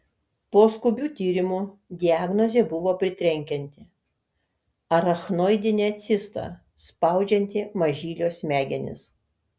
po skubių tyrimų diagnozė buvo pritrenkianti arachnoidinė cista spaudžianti mažylio smegenis